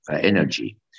energy